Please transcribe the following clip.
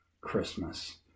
Christmas